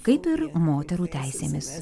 kaip ir moterų teisėmis